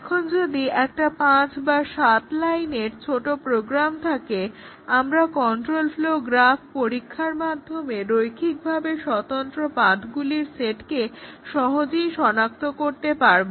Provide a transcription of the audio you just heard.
এখন যদি একটা 5 বা 7 লাইনের ছোটো প্রোগ্রাম থাকে আমরা কন্ট্রোল ফ্লোও গ্রাফ পরীক্ষার মাধ্যমে রৈখিকভাবে স্বতন্ত্র পাথগুলির সেটকে সহজেই সনাক্ত করতে পারব